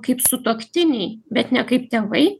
kaip sutuoktiniai bet ne kaip tėvai